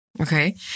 Okay